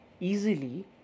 easily